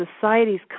society's